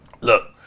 Look